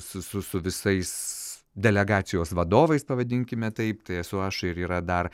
su visais delegacijos vadovais pavadinkime taip tai esu aš ir yra dar